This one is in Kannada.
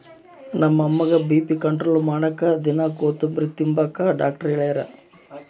ನಮ್ಮ ಅಮ್ಮುಗ್ಗ ಬಿ.ಪಿ ಕಂಟ್ರೋಲ್ ಮಾಡಾಕ ದಿನಾ ಕೋತುಂಬ್ರೆ ತಿಂಬಾಕ ಡಾಕ್ಟರ್ ಹೆಳ್ಯಾರ